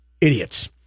idiots